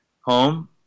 home